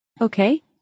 Okay